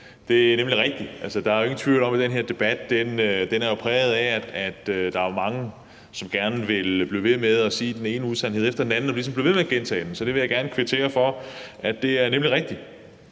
Det er nemlig rigtigt, at der ikke er nogen tvivl om, at den her debat er præget af, at der er mange, som gerne vil blive ved med at sige den ene usandhed efter den anden og ligesom blive ved med at gentage dem. Så jeg vil gerne kvittere for talen og det, der helt rigtigt